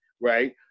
right